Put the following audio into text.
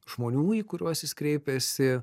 žmonių į kuriuos jis kreipiasi